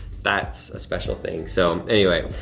that's a special thing. so anyway.